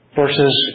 versus